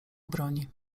obroni